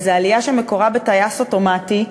זו עלייה שמקורה ב"טייס אוטומטי",